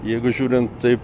jeigu žiūrint taip